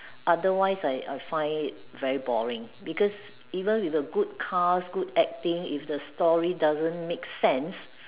otherwise I I find it very boring because even with good cast good acting but if the story doesn't make sense